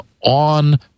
on